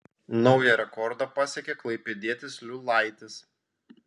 naują rekordą pasiekė klaipėdietis liulaitis